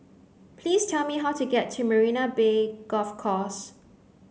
please tell me how to get to Marina Bay Golf Course